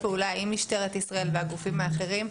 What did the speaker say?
פעולה עם משטרת ישראל והגופים האחרים,